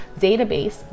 database